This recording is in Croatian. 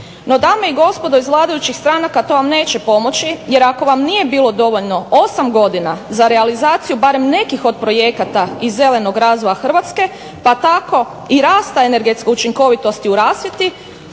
No dame i gospodo iz vladajućih stranaka to vam neće pomoći jer ako vam nije bilo dovoljno 8 godina za realizaciju barem nekih od projekata iz zelenog razvoja Hrvatske pa tako i rasta energetske učinkovitosti u rasvjeti